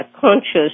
conscious